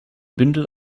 bündel